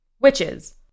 Witches